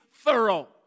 thorough